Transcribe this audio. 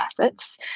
assets